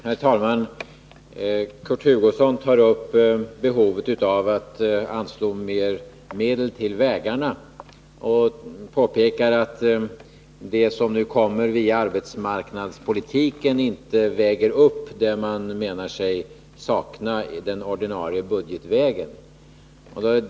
Herr talman! Kurt Hugosson tar upp frågan om behovet av att mer medel anslås till vägarna och påpekar att det som nu kommer via arbetsmarknadspolitiken inte väger upp det man menar sig sakna den ordinarie budgetvägen.